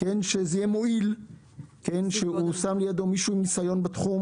שזה יועיל שהוא שם לידו מישהו עם ניסיון בתחום